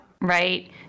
Right